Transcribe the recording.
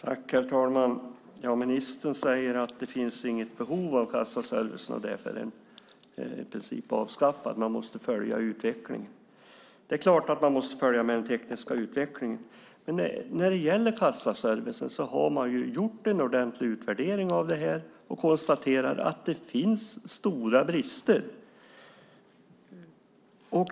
Herr talman! Ministern säger att det inte finns något behov av kassaservicen, och därför är den i princip avskaffad. Man måste följa utvecklingen. Det är klart att man måste följa med i den tekniska utvecklingen, men när det gäller kassaservicen har man gjort en ordentlig utvärdering av det här och konstaterat att det finns stora brister.